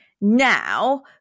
now